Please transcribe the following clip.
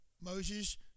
Moses